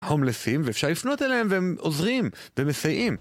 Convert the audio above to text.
הומלסים ואפשר לפנות אליהם והם עוזרים ומסייעים.